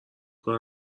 کار